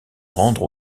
rendre